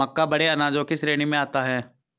मक्का बड़े अनाजों की श्रेणी में आता है